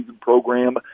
program